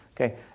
Okay